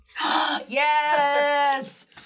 Yes